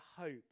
hope